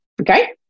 Okay